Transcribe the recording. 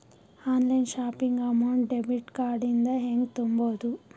Online shopping amount debit card ಇಂದ ಹೆಂಗ್ ತುಂಬೊದು?